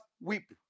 weep